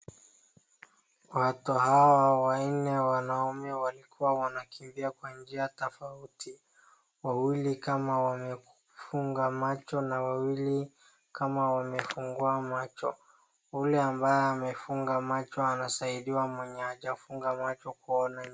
Watu hawa wanne wanaume walikuwa wanakimbia kwa njia tofauti, wawili kama wamefunga macho na wawili kama wamefungua macho, ule ambaye amefunga macho anasaidia mwenye hajafunga macho kuona.